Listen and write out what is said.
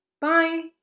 Bye